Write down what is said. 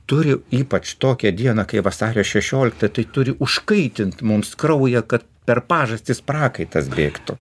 turi ypač tokią dieną kai vasario šešiolikta tai turi užkaitinti mums kraują kad per pažastis prakaitas bėgtų